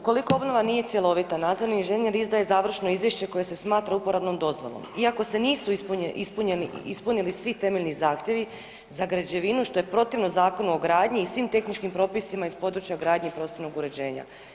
Ukoliko obnova nije cjelovita nadzorni inženjer izdaje završno izvješće koje se smatra uporabnom dozvolom iako se nisu ispunili svi temeljni zahtjevi za građevinu što je protivno Zakonu o gradnji i svim tehničkim propisima iz područja o gradnji i prostornog uređenja.